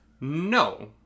No